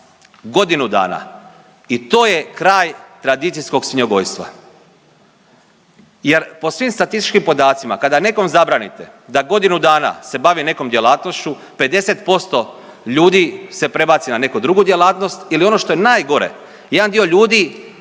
godinu dana. I to je kraj tradicijskog svinjogojstva, jer po svim statističkim podacima kada nekom zabranite da godinu dana se bavi nekom djelatnošću 50% ljudi se prebaci na neku drugu djelatnost ili ono što je najgore jedan dio ljudi